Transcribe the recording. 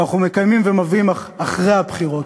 אנחנו מקיימים ומביאים אחרי הבחירות.